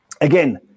again